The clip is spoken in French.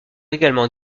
également